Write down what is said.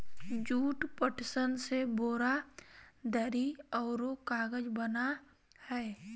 jute, पटसन से बोरा, दरी औरो कागज बना हइ